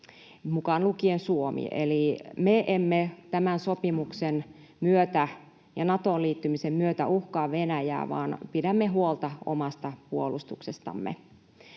mukaan lukien Suomi. Eli me emme tämän sopimuksen myötä ja Natoon liittymisen myötä uhkaa Venäjää vaan pidämme huolta omasta puolustuksestamme.